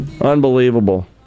Unbelievable